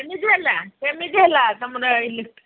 କେମିତି ହେଲା କେମିତି ହେଲା ତମର ଇଲେ